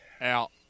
out